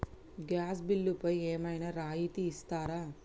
Gas బిల్లుపై ఏమైనా రాయితీ ఇస్తారా?